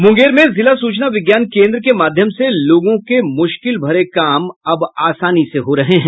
मुंगेर में जिला सूचना विज्ञान केंद्र के माध्यम से लोगों के मुश्किल भरे काम आसानी से हो रहे हैं